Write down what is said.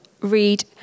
read